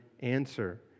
answer